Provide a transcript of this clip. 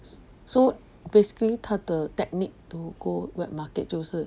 so basically 他的 technique to go wet market 就是